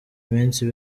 iminsi